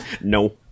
No